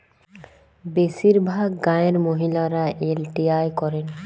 বেশিরভাগ গাঁয়ের মহিলারা এল.টি.আই করেন